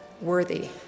worthy